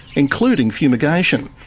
including fumigation.